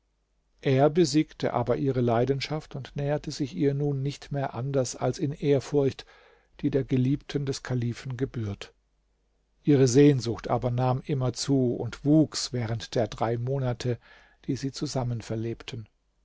er besiegte aber ihre leidenschaft und näherte sich ihr nun nicht mehr anders als in ehrfurcht die der geliebten des kalifen gebührt ihre sehnsucht aber nahm immer zu und wuchs während der drei monate die sie zusammen verlebten